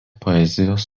poezijos